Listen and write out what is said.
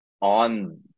on